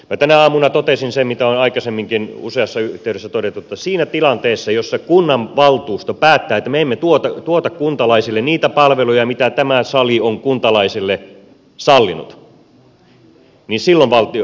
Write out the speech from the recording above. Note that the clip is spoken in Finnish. minä tänä aamuna totesin sen mitä olen aikaisemminkin useassa yhteydessä todennut että siinä tilanteessa jossa kunnanvaltuusto päättää että me emme tuota kuntalaisille niitä palveluja mitä tämä sali on kuntalaisille sallinut niin silloin valtiovalta puuttuu